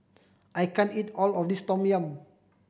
I can't eat all of this tom yum